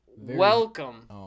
Welcome